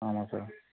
ஆமாம் சார்